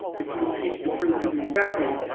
if you speak the truth in your family,